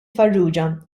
farrugia